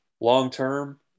long-term